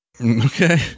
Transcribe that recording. okay